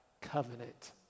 covenant